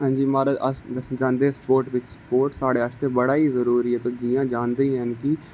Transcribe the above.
हंजी महाराज अस दस्सना चाहंदे कि स्पोर्टस बिच स्पोर्टस साढ़े आस्तै बड़ा गै जरुरी ऐ तुस जियां जानदे गै हैन कि